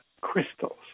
crystals